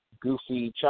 Goofy